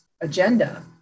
agenda